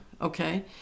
okay